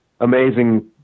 amazing